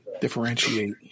Differentiate